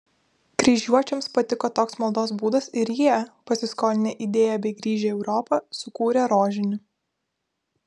kryžiuočiams patiko toks maldos būdas ir jie pasiskolinę idėją bei grįžę į europą sukūrė rožinį